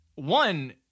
One